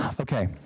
Okay